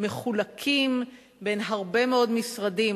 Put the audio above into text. מחולקים בין הרבה מאוד משרדים,